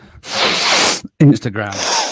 Instagram